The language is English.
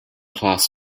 class